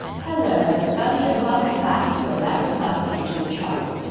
hello everybody and welcome back to alarislabs youtube channel.